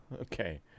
Okay